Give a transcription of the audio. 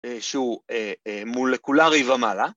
‫שהוא מולקולרי ומעלה.